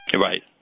Right